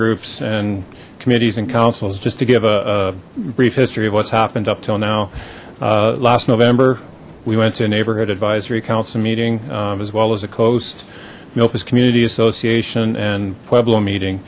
groups and committees and councils just to give a brief history of what's happened up till now last november we went to a neighborhood advisory council meeting as well as a coast memphis community association and pueblo meeting